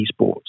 esports